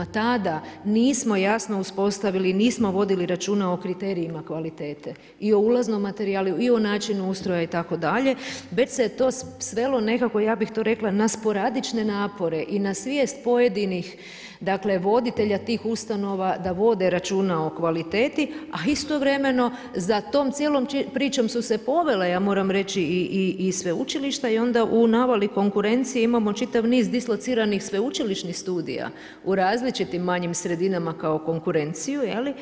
Tada nismo jasno uspostavili, nismo vodili računa o kriterijima kvalitete i o ulaznom materijalu i o načinu ustroja itd. već se to svelo nekako ja bih to rekla na sporadične napore i na svijest pojedinih voditelja tih ustanova da vode računa o kvaliteti, a istovremeno za tom cijelom pričom su se povele ja moram reći i sveučilišta i onda u naveli konkurencije imamo čitav niz dislociranih sveučilišnih studija u različitim manjim sredinama kao konkurenciju.